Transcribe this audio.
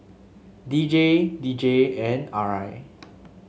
D J D J and R I